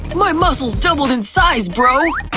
my muscles doubled in size, bro!